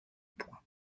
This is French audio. point